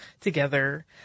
together